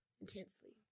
intensely